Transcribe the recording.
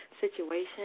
situation